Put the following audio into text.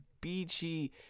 beachy